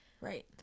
Right